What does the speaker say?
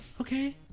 Okay